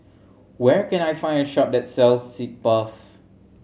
where can I find a shop that sells Sitz Bath